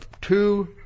two